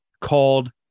called